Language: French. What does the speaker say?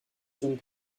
zone